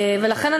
ולכן,